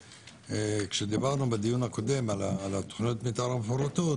כאשר דיברנו בדיון הקודם על תוכניות המתאר המפורטות,